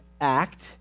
act